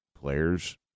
players